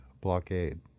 blockade